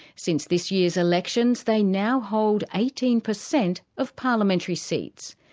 since this year's elections, they now hold eighteen percent of parliamentary seats.